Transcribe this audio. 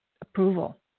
approval